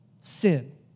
sin